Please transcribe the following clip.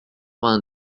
vingt